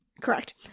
Correct